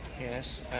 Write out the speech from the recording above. Yes